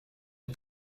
een